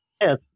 Yes